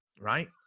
right